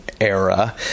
era